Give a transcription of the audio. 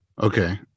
okay